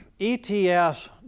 ETFs